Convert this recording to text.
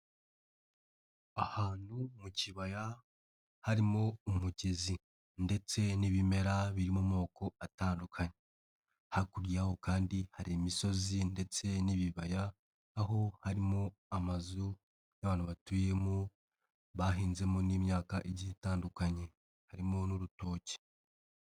Ahantu mu kibaya harimo umugezi ndetse n'ibimera biri mu moko atandukanye, hakurya y'aho kandi hari imisozi ndetse n'ibibaya aho harimo amazu y'abantu batuyemo bahinzemo n'imyaka igiye itandukanye harimo n'urutoki.